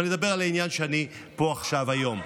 אבל אני אדבר על העניין שאני פה עכשיו היום.